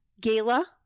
gala